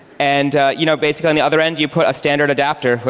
and you know basically on the other end, you put a standard adapter,